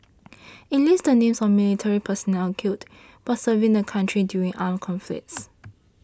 it lists the names of military personnel killed person serving the country during armed conflicts